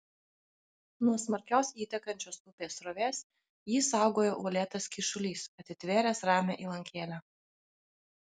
nuo smarkios įtekančios upės srovės jį saugojo uolėtas kyšulys atitvėręs ramią įlankėlę